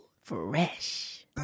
fresh